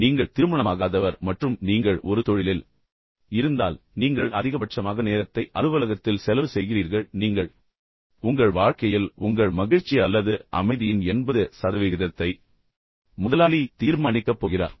நீங்கள் திருமணமாகாதவர் மற்றும் நீங்கள் ஒரு தொழிலில் இருந்தால் நீங்கள் எப்போதும் வேலை செய்து கொண்டே இருப்பவர் என்றால் நீங்கள் அதிகபட்சமாக நேரத்தை அலுவலகத்தில் செலவு செய்கிறீர்கள் நீங்கள் உங்கள் முதலாளியுடன் பழகுகிறீர்கள் உங்கள் வாழ்க்கையில் உங்கள் மகிழ்ச்சி அல்லது அமைதியின் எண்பது சதவிகிதத்தை அவர் தீர்மானிக்கப் போகிறார்